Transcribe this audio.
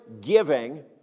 giving